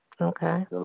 Okay